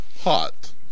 hot